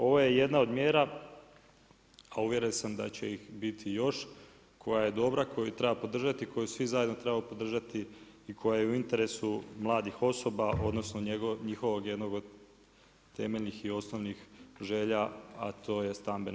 Ovo je jedna od mjera a uvjeren sam da će ih biti još koja je dobra, koju treba podržati i koju svi zajedno trebamo podržati i koja je u interesu mladih osoba odnosno njihovog jednog od temeljnih i osnovnih želja a to je stambeno zbrinjavanje.